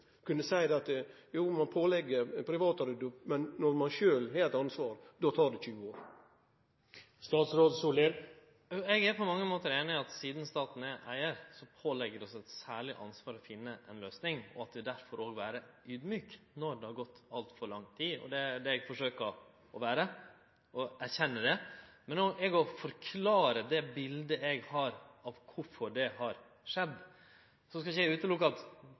kunne seie det at ein jo pålegg private å rydde opp, men når ein sjølv har eit ansvar, tar det 20 år. Eg er på mange måtar einig i at sidan staten er eigar, påligg det oss eit særleg ansvar å finne ei løysing. Vi må derfor vere audmjuke når det har gått altfor lang tid, og det er det eg forsøker å vere ved å erkjenne det. Men eg må også forklare det biletet eg har av kvifor det har skjedd.